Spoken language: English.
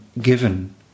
given